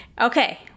Okay